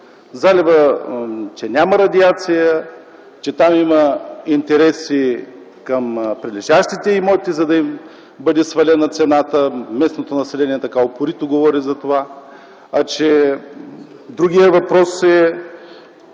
залива няма радиация, че там има интереси към прилежащите имоти, за да им бъде свалена цената. Местното население упорито говори за това. Другият въпрос е,